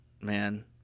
man